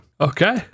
Okay